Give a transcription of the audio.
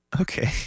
Okay